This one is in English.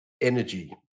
energy